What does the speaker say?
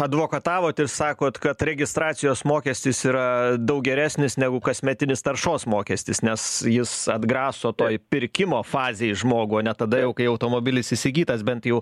advokatavot ir sakot kad registracijos mokestis yra daug geresnis negu kasmetinis taršos mokestis nes jis atgraso toj pirkimo fazėj žmogų ne tada jau kai automobilis įsigytas bent jau